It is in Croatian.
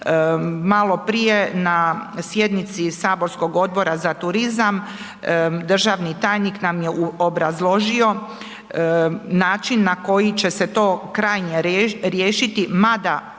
Malo prije na sjednici saborskog odbora za turizam državni tajnik nam je obrazložio način na koji će se to krajnje riješiti mada treba